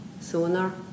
sooner